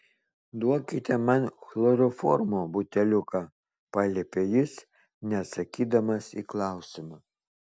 duokite man chloroformo buteliuką paliepė jis neatsakydamas į klausimą